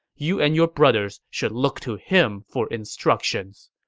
you and your brothers should look to him for instructions.